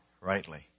rightly